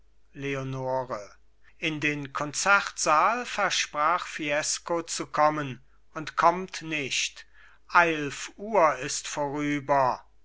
leonore in den konzertsaal versprach fiesco zu kommen und kommt nicht eilf uhr ist vorüber